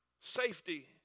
safety